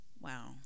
Wow